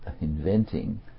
inventing